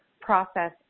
process